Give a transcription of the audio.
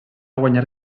guanyar